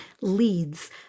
leads